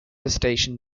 station